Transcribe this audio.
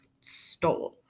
stole